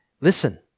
Listen